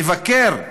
לבקר אסירים,